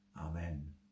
Amen